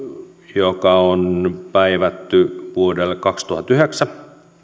joka on päivätty vuodelle kaksituhattayhdeksän